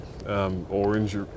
Orange